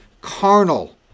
carnal